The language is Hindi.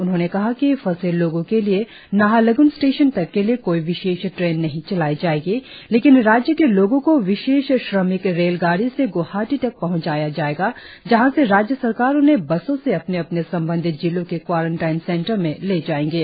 उन्होंने कहा कि फंसे लोगो के लिए नाहरलगन स्टेशन तक के लिए कोई विशेष ट्रेन नही चलाई जाएगी लेकिन राज्य के लोगो को विशेष श्रमिक रेलगाड़ी से गुवाहाटी तक पहुँचाया जाएगा जहाँ से राज्य सरकार उन्हें बसो से अपने अपने संबंधित जिलों के क्वारंटाइन सेंटर में ले जाएंगे